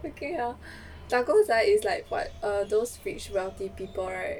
打工仔 is like what those rich wealthy people right